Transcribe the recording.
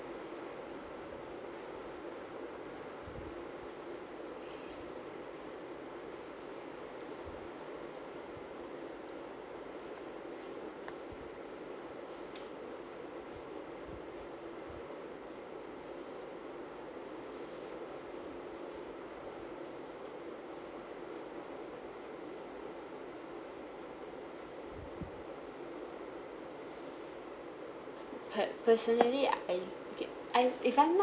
per personally I get I if I'm not